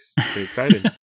excited